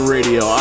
Radio